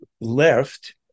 left